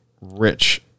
rich